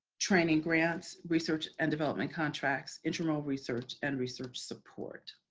training grants, research and development contracts, intramural research and research support.